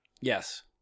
Yes